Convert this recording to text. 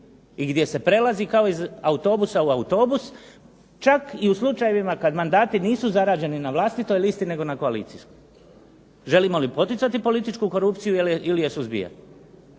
i gdje se prelazi kao iz autobusa u autobus, čak i u slučajevima kad mandati nisu zarađeni na vlastitoj listi, nego na koalicijskoj. Želimo li poticati političku korupciju ili je suzbijati?